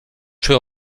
czy